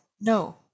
no